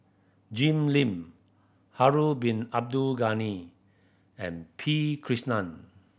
Jim Lim Harun Bin Abdul Ghani and P Krishnan